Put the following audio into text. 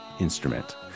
instrument